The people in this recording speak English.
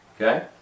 okay